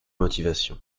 motivations